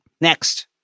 Next